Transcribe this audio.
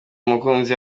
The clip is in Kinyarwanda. umukunzi